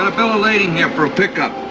ah bill of lading here for a pickup.